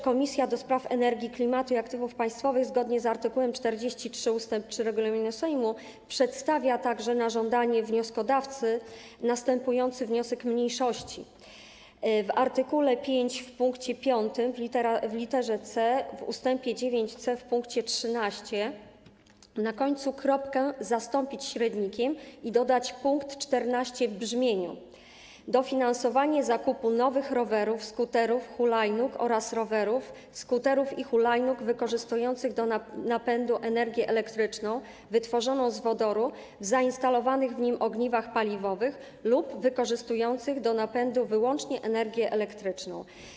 Komisja do Spraw Energii, Klimatu i Aktywów Państwowych zgodnie z art. 43 ust. 3 regulaminu Sejmu przedstawia także na żądanie wnioskodawcy następujący wniosek mniejszości: w art. 5 w pkt 5 w lit. c w ust. 9c w pkt 13 na końcu kropkę zastąpić średnikiem i dodać pkt 14 w brzmieniu: dofinansowanie zakupu nowych rowerów, skuterów, hulajnóg oraz rowerów, skuterów i hulajnóg wykorzystujących do napędu energię elektryczną wytworzoną z wodoru w zainstalowanych w nim ogniwach paliwowych lub wykorzystujących do napędu wyłącznie energię elektryczną.